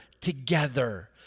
together